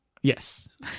Yes